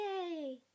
Yay